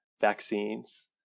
vaccines